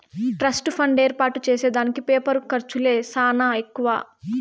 trust fund ఏర్పాటు చేసే దానికి పేపరు ఖర్చులే సానా ఎక్కువ